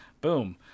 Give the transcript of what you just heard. boom